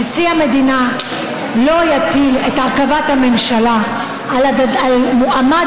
נשיא המדינה לא יטיל את הרכבת הממשלה על מועמד